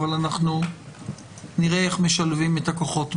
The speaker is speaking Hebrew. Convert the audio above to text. אבל אנחנו נראה איך משלבים את הכוחות.